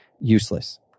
useless